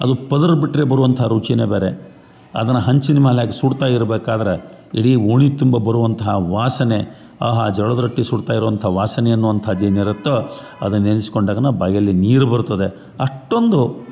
ಅದು ಪದರು ಬಿಟ್ಟರೆ ಬರುವಂಥ ರುಚಿಯೇ ಬ್ಯಾರೆ ಅದನ ಹಂಚಿನ ಮ್ಯಾಲ್ಯಾಗೆ ಸುಡ್ತಾ ಇರ್ಬೇಕಾದ್ರೆ ಇಡೀ ಓಣಿ ತುಂಬ ಬರುವಂತಹ ವಾಸನೆ ಆಹಾ ಜೋಳದ ರೊಟ್ಟಿ ಸುಡ್ತಾ ಇರುವಂಥ ವಾಸನೆ ಅನ್ನುವಂಥದ್ದು ಏನಿರತ್ತೋ ಅದು ನೆನ್ಸಿಕೊಂಡಾಗ ಬಾಯಲ್ಲಿ ನೀರು ಬರುತ್ತದೆ ಅಷ್ಟೊಂದು